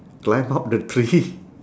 climb up the tree